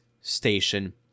station